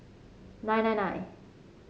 nine nine nine